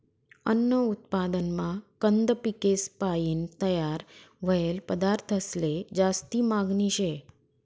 अन्न उत्पादनमा कंद पिकेसपायीन तयार व्हयेल पदार्थंसले जास्ती मागनी शे